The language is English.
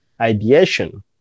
ideation